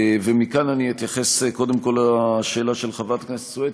ומכאן אני אתייחס קודם כול לשאלה של חברת הכנסת סויד,